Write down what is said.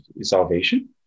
salvation